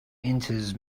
enters